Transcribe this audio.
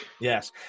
Yes